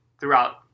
throughout